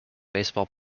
baseball